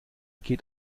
geht